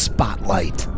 Spotlight